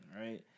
right